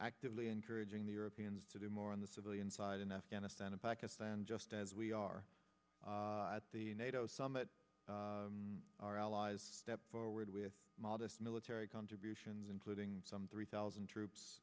actively encouraging the europeans to do more on the civilian side in afghanistan and pakistan just as we are at the nato summit our allies stepped forward with modest military contributions including some three thousand troops